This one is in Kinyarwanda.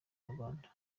inyarwanda